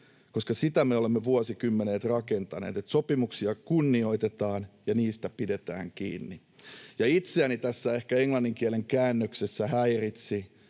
koska sitä me olemme vuosikymmenet rakentaneet, että sopimuksia kunnioitetaan ja niistä pidetään kiinni. Ja itseäni tässä ehkä englannin kielen käännöksessä häiritsi